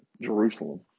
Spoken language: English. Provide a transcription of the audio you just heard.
Jerusalem